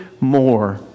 more